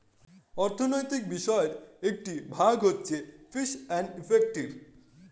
অর্থনৈতিক বিষয়ের একটি ভাগ হচ্ছে ফিস এন্ড ইফেক্টিভ